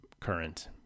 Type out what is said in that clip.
current